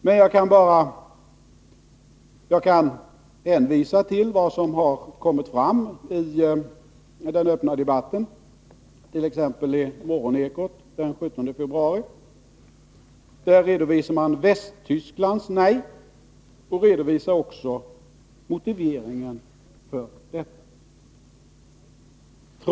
Men jag kan hänvisa till vad som kommit fram i den öppna debatten, t.ex. i Morgonekot den 17 februari, där man redovisade Västtysklands nej och även motiveringen för detta.